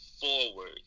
forward